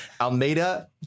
Almeida